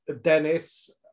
Dennis